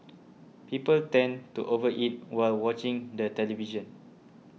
people tend to over eat while watching the television